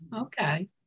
Okay